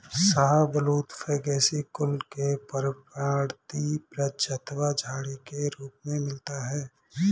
शाहबलूत फैगेसी कुल के पर्णपाती वृक्ष अथवा झाड़ी के रूप में मिलता है